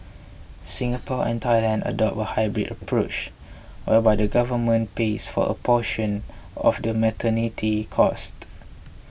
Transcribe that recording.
Singapore and Thailand adopt a hybrid approach whereby the government pays for a portion of the maternity costs